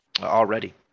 already